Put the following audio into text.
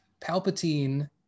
Palpatine